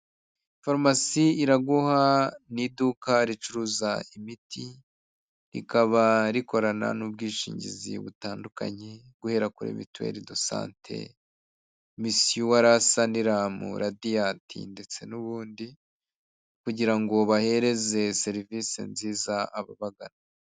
Farumasi iraguha ni iduka ricuruza imiti, rikaba rikorana n'ubwishingizi butandukanye, guhera kuri mituweli de sante, MISUR, Saniramu, Radiyanti ndetse n'ubundi kugira ngo bahereze serivisi nziza ababagana.